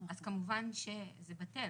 אז כמובן שזה בטל,